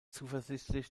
zuversichtlich